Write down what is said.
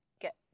get